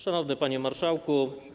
Szanowny Panie Marszałku!